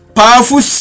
powerful